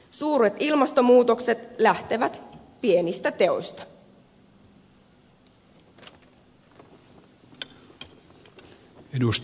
suuret ilmastomuutokset lähtevät pienistä teoista